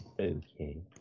Okay